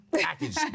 Package